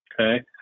okay